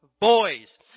boys